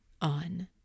on